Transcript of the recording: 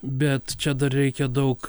bet čia dar reikia daug